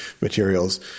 materials